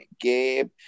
Gabe